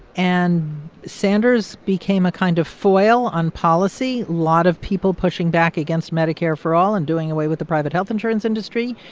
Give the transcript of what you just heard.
and sanders became a kind of foil on policy, a lot of people pushing back against medicare for all and doing away with the private health insurance industry.